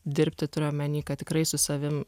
dirbti turiu omeny kad tikrai su savim